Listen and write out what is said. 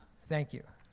thank you.